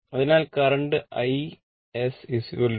അതിനാൽ current I sVZeg